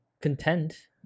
Content